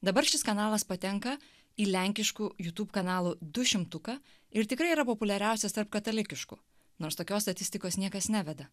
dabar šis kanalas patenka į lenkiškų youtube kanalų dušimtuką ir tikrai yra populiariausias tarp katalikiškų nors tokios statistikos niekas neveda